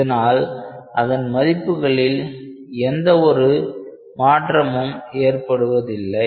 இதனால் அதன் மதிப்புகளில் எந்த ஒரு மாற்றமும் ஏற்படுவதில்லை